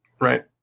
right